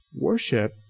Worship